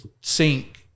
sink